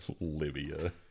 Libya